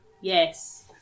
Yes